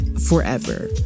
forever